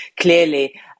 clearly